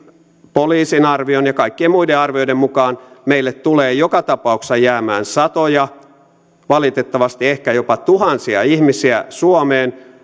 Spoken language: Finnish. poliisin arvion ja kaikkien muiden arvioiden mukaan meille suomeen tulee joka tapauksessa jäämään satoja valitettavasti ehkä jopa tuhansia ihmisiä